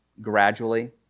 gradually